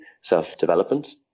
self-development